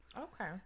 Okay